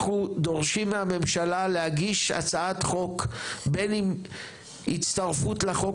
אנחנו דורשים מהממשלה להגיש הצעת חוק בין אם הצטרפות לחוק